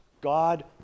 God